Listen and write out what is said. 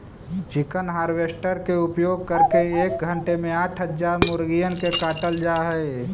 chicken harvester के उपयोग करके एक घण्टे में आठ हजार मुर्गिअन के काटल जा हई